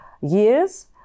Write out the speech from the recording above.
years